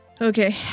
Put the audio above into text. Okay